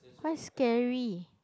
why scary